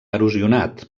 erosionat